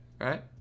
right